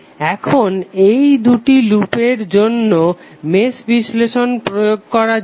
এখন এই দুটি লুপের জন্য মেশ বিশ্লেষণ প্রয়োগ করা যাক